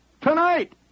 tonight